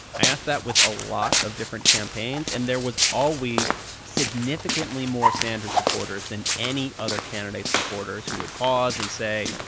i asked that with a lot of different campaigns. and there was always significantly more sanders supporters than any other candidate's supporters who would pause and say,